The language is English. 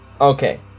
Okay